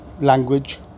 language